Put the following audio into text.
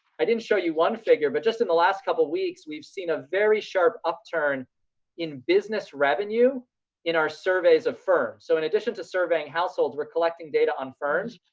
i didn't show you one figure, but just in the last couple of weeks, we've seen a very sharp upturn in business revenue in our surveys of firms. so in addition to surveying households, we're collecting data on firms.